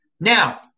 now